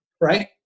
right